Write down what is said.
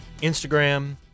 Instagram